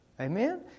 Amen